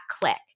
click